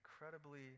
incredibly